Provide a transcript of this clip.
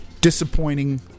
disappointing